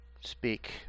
speak